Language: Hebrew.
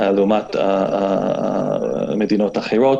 לעומת מדינות אחרות.